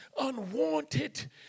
unwanted